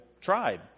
tribe